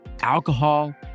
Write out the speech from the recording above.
alcohol